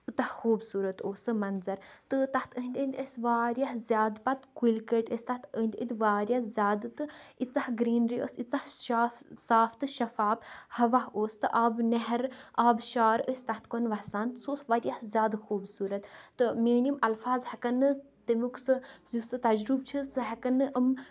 تیوٗتاہ خوٗبصوٗرت اوس سُہ منظر تہٕ تَتھ أندۍ أندۍ ٲسۍ واریاہ زیادٕ پَتہٕ کُلۍ کٔٹۍ ٲسۍ تَتھ پَتہٕ أندۍ أندۍ واریاہ زیادٕ تہٕ ییٖژاہ گریٖنری ٲسۍ ییٖژاہ شاف صاف تہٕ شَفاف ہوا اوس تہٕ آبہٕ نیہر تہٕ آبہٕ شار ٲسۍ تَتھ کُن واسان سُہ اوس واریاہ زیادٕ خوٗبصوٗرت تہٕ میٲنۍ یِم الفط ہٮ۪کن نہٕ تَمیُک سُہ یُس سُہ تَجرُبہٕ چھُ سُہ ہٮ۪کن نہٕ یِم